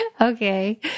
Okay